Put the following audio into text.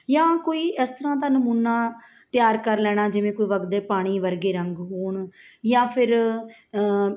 ਜਾਂ ਕੋਈ ਇਸ ਤਰ੍ਹਾਂ ਦਾ ਨਮੂਨਾ ਤਿਆਰ ਕਰ ਲੈਣਾ ਜਿਵੇਂ ਕੋਈ ਵਗਦੇ ਪਾਣੀ ਵਰਗੇ ਰੰਗ ਹੋਣ ਜਾਂ ਫਿਰ